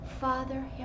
Father